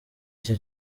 icyo